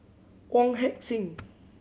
Wong Heck Sing